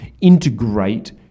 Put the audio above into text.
integrate